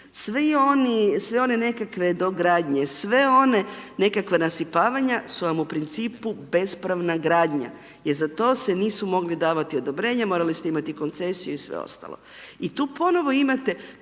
sve one nekakve dogradnje, sve one nekakva nasipavanja su vam u principu bespravna gradnja jer za to se nisu mogli davati odobrenja, morali ste imati koncesiju i sve ostalo. I tu ponovo imate,